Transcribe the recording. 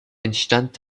entstand